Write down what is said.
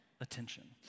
attention